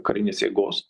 karinės jėgos